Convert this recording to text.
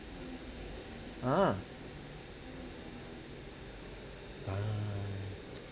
ah ah